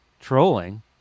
trolling